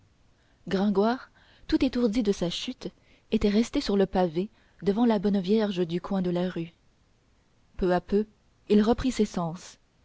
gringoire tout étourdi de sa chute était resté sur le pavé devant la bonne vierge du coin de la rue peu à peu il reprit ses sens